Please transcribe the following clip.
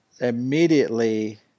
immediately